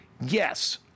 Yes